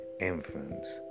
infants